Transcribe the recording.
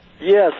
yes